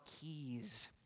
keys